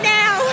now